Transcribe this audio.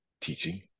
teaching